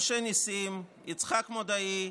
משה נסים, יצחק מודעי,